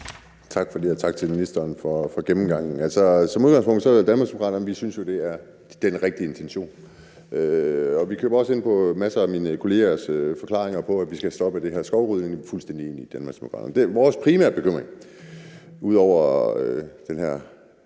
Tak for det, og tak til ministeren for gennemgangen. Som udgangspunkt synes Danmarksdemokraterne, at det er den rigtige intention. Vi køber også ind på masser af mine kollegers forklaringer om, at vi skal have stoppet det her skovrydning. Vi er fuldstændig enige i Danmarksdemokraterne. Vores primære bekymring ud over den her